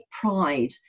pride